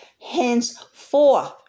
henceforth